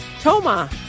Toma